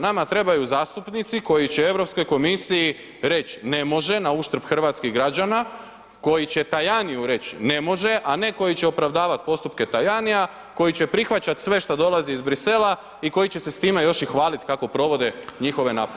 Nama trebaju zastupnici koji će Europskoj komisiji reć ne može nauštrb hrvatskih građana, koji će Tajaniju reći ne može a ne koji će opravdavati postupke Tajanija koji će prihvaćat sve što dolazi iz Bruxellesa i koji će se s time još i hvaliti kako provode njihove naputke.